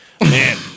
man